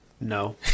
No